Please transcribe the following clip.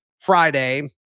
Friday